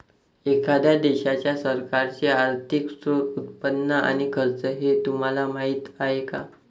एखाद्या देशाच्या सरकारचे आर्थिक स्त्रोत, उत्पन्न आणि खर्च हे तुम्हाला माहीत आहे का